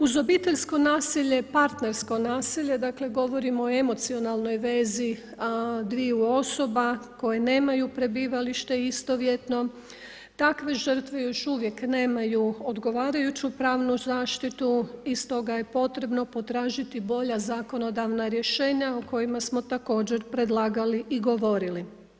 Uz obiteljsko nasilje, partnersko nasilje, dakle govorimo o emocionalnoj vezi dviju osoba koje nemaju prebivalište istovjetno, takve žrtve još uvijek nemaju odgovarajuću pravnu zaštitu i stoga je potrebno potražiti bolja zakonodavna rješenja o kojima smo također predlagali i govorili.